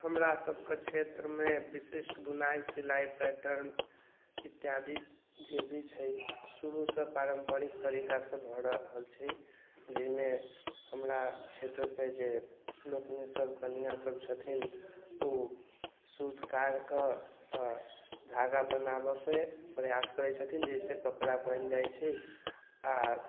हमरासबके क्षेत्रमे विशिष्ट बुनाइ सिलाइ पैटर्न इत्यादि जे भी छै शुरूसँ पारम्परिक तरीकासँ भए रहल छै जाहिमे हमरा क्षेत्रके जे लोकनि सब कनियाँ सब छथिन ओ सूत काढि कऽ धागा बनाबैके प्रयास करैत छथिन जाहि से कपड़ा बनि जाइत छै आ